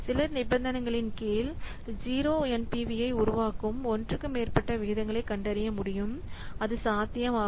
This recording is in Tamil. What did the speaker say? சில நிபந்தனைகளின் கீழ் 0 NPV ஐ உருவாக்கும் ஒன்றுக்கு மேற்பட்ட விகிதங்களைக் கண்டறிய முடியும் அது சாத்தியமாகும்